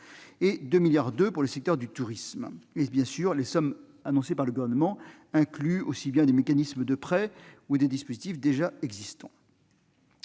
et à 2,2 milliards d'euros pour le secteur du tourisme. Les sommes annoncées par le Gouvernement incluent aussi bien des mécanismes de prêts ou des dispositifs déjà existants.